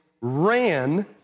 ran